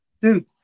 dude